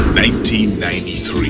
1993